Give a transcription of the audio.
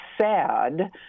sad